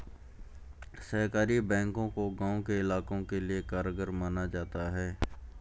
सहकारी बैंकों को गांव के इलाकों के लिये कारगर माना जाता है